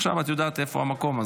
עכשיו את יודעת איפה המקום,